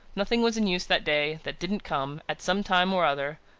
nothing was in use that day that didn't come, at some time or other,